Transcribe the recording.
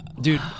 dude